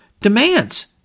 demands